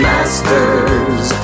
Masters